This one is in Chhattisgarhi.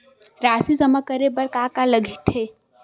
राशि जमा करे बर का का लगथे?